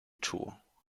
czuło